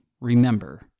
remember